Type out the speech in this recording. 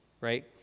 right